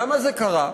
למה זה קרה?